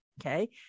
Okay